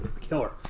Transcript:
Killer